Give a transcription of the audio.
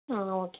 ஆ okay